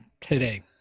today